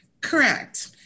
Correct